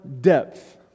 depth